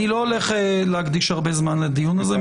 אני לא הולך להקדיש הרבה זמן לדיון הזה,